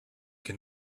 can